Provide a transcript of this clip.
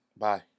Bye